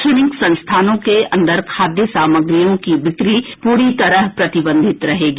रैक्षणिक संस्थानों के अंदर खाद्य सामग्रियों की बिक्री पूरी तरह प्रतिबंधित रहेगी